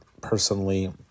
personally